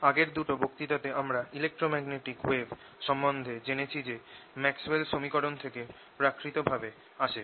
আগের দুটো বক্তৃতাতে আমরা ইলেক্ট্রোম্যাগনেটিক ওয়েভ সম্বন্ধে জেনেছি যা ম্যাক্সওয়েলস সমীকরণ Maxwells equation থেকে প্রাকৃতিকভাবে আসে